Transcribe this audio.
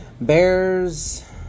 Bears